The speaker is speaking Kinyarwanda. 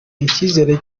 icyizere